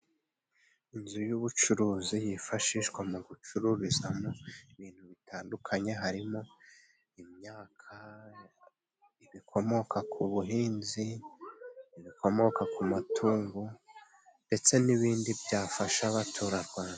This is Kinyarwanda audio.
Inzu y’ubucuruzi yifashishwa mu gucururizamo ibintu bitandukanye, harimo imyaka, ibikomoka ku buhinzi, ibikomoka ku matungo, ndetse n’ibindi byafasha Abaturarwanda.